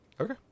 Okay